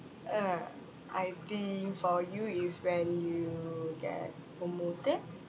uh I think for you is when you get promoted